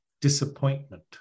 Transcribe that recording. disappointment